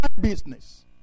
business